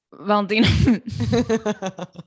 Valentina